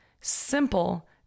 Simple